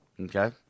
Okay